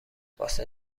واسه